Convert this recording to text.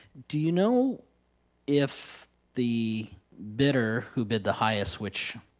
do you know if the bidder who bid the highest, which